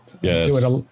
Yes